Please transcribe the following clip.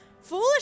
Foolish